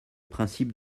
principe